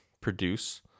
produce